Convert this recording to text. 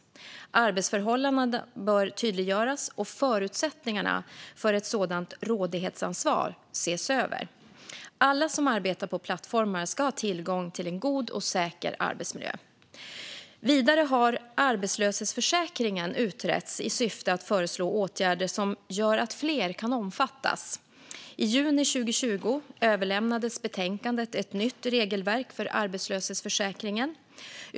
Ansvarsförhållandena bör tydliggöras och förutsättningarna för ett sådant rådighetsansvar ses över. Alla som arbetar på plattformar ska ha tillgång till en god och säker arbetsmiljö. Vidare har arbetslöshetsförsäkringen utretts i syfte att föreslå åtgärder som gör att fler kan omfattas. I juni 2020 överlämnades betänkandet Ett nytt regelverk för arbetslöshetsförsäkringen .